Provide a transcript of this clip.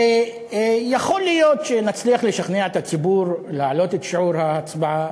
ויכול להיות שנצליח לשכנע את הציבור להעלות את שיעור ההצבעה.